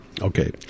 Okay